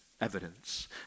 evidence